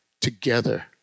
together